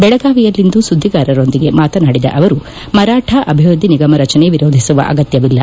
ಬೆಳಗಾವಿಯಲ್ಲಿ ಇಂದು ಸುದ್ಧಿಗಾರರೊಂದಿಗೆ ಮಾತಾಡಿದ ಅವರು ಮರಾಠ ಅಭಿವೃದ್ಧಿ ನಿಗಮ ರಜನೆ ಎರೋಧಿಸುವ ಆಗತ್ತವಿಲ್ಲ